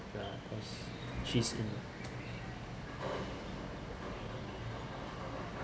ya cause she's in